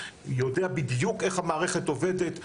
יודע בדיוק איך המערכת עובדת,